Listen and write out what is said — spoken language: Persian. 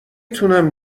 تونم